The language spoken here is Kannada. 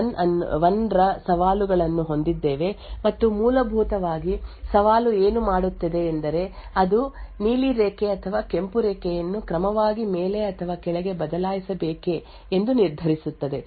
ಆದ್ದರಿಂದ ನಾವು ಪ್ರಸ್ತುತವಾಗಿರುವ ಸವಾಲನ್ನು ಸಹ ಹೊಂದಿದ್ದೇವೆ ಆದ್ದರಿಂದ ನಾವು 0 ಅಥವಾ 1 ರ ಸವಾಲುಗಳನ್ನು ಹೊಂದಿದ್ದೇವೆ ಮತ್ತು ಮೂಲಭೂತವಾಗಿ ಸವಾಲು ಏನು ಮಾಡುತ್ತದೆ ಎಂದರೆ ಅದು ನೀಲಿ ರೇಖೆ ಅಥವಾ ಕೆಂಪು ರೇಖೆಯನ್ನು ಕ್ರಮವಾಗಿ ಮೇಲೆ ಅಥವಾ ಕೆಳಗೆ ಬದಲಾಯಿಸಬೇಕೆ ಎಂದು ನಿರ್ಧರಿಸುತ್ತದೆ